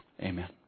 Amen